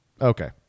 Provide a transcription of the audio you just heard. Okay